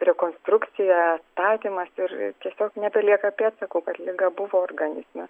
rekonstrukciją atstatymas ir tiesiog nebelieka pėdsakų kad liga buvo organizme